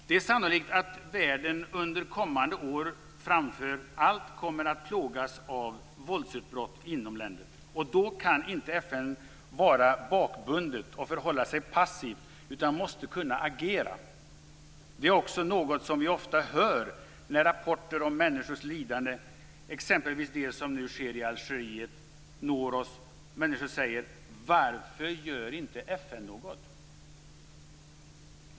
Det är sannolikt att världen under kommande år framför allt kommer att plågas av våldsutbrott inom länder, och då kan inte FN vara bakbundet och förhålla sig passivt utan måste kunna agera. Det är också något som vi ofta hör när rapporter om människors lidande, exempelvis det som nu sker i Algeriet, når oss. Människor frågar: Varför gör inte FN något?